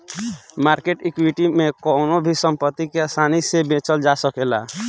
market equity में कवनो भी संपत्ति के आसानी से बेचल जा सकेला